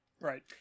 Right